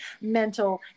mental